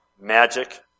Magic